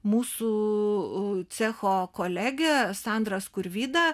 mūsų cecho kolegė sandra skurvyda